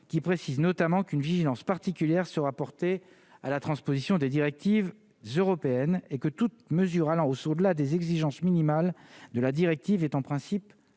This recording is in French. qui précise notamment qu'une vigilance particulière sera portée à la transposition des directives européennes et que toute mesure allant hausse au-delà des exigences minimales de la directive est en principe proscrite